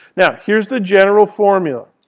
now, here's the general formula.